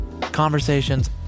Conversations